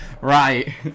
Right